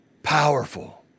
powerful